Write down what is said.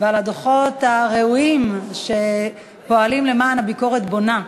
ועל הדוחות הראויים, שפועלים למען ביקורת בונה.